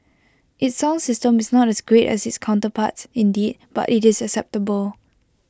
its sound system is not as great as its counterparts indeed but IT is acceptable